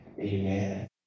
amen